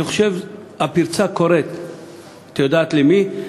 אני חושב שהפרצה קוראת את יודעת למי,